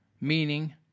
meaning